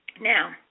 now